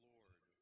Lord